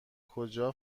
کجا